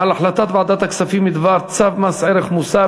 על הצעת ועדת הכספים בדבר צו מס ערך מוסף